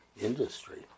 industry